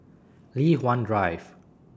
Li Hwan Drive